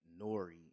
Nori